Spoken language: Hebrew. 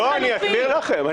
לא, אני אסביר לכם.